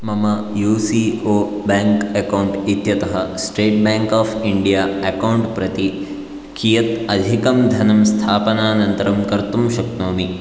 मम U C O bank account इत्यतः State Bank of India account प्रति कियत् अधिकं धनं स्थापनानन्तरं कर्तुं शक्नोमि